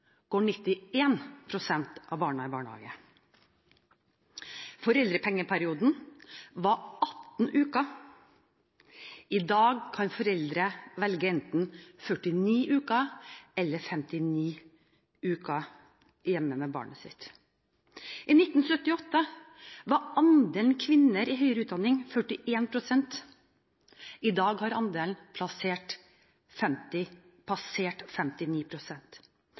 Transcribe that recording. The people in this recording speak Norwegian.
går 91 pst. av barna i barnehage. Foreldrepengeperioden var 18 uker. I dag kan foreldre velge å være hjemme med barnet sitt enten 49 uker eller 59 uker. I 1978 var andelen kvinner i høyere utdanning 41 pst. I dag har andelen